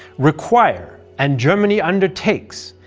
require, and germany undertakes,